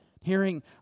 hearing